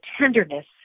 tenderness